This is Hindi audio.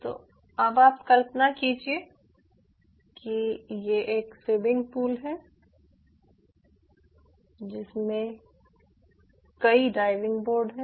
तो अब आप कल्पना कीजिये कि ये एक स्विमिंग पूल है जिसमें कई डाइविंग बोर्ड हैं